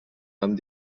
amb